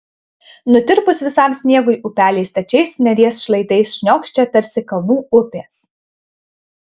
nutirpus visam sniegui upeliai stačiais neries šlaitais šniokščia tarsi kalnų upės